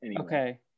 Okay